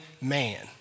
man